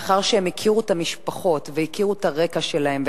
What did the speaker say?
מאחר שהן הכירו את המשפחות ואת הרקע שלהן,